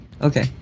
okay